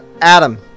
Adam